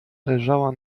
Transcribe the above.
leżała